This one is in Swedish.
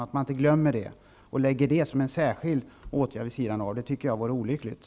Det vore olyckligt att ta upp detta som en åtgärd vid sidan om det övriga.